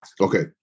Okay